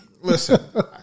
listen